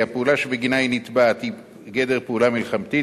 כי הפעולה שבגינה היא נתבעת היא בגדר פעולה מלחמתית,